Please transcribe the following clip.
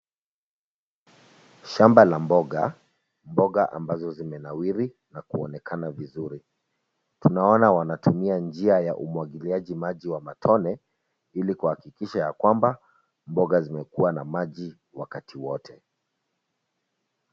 Shamba la mboga, mboga ambazo zimenawiri na kuonekana vizuri. Tunaona wanatumia njia ya umwagiliaji maji wa matone ili kuhakikisha ya kwamba mboga zimekuwa na maji wakati wote.